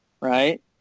right